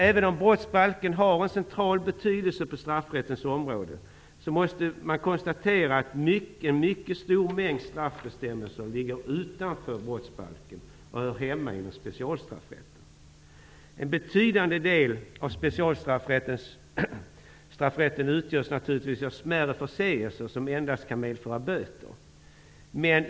Även om brottsbalken har en central betydelse på straffrättens område, måste man konstatera att en mycket stor mängd straffbestämmelser ligger utanför brottsbalken och hör hemma inom specialstraffrätten. En betydande del av specialstraffrätten utgörs naturligtvis av bestämmelser om smärre förseelser som endast kan medföra böter.